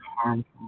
harmful